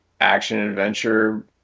action-adventure